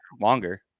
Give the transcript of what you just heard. longer